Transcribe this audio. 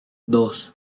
dos